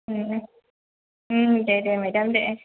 दे दे मेदाम दे